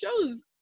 shows